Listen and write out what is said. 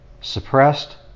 suppressed